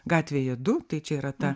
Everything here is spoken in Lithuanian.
gatvėje du tai čia yra ta